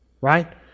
right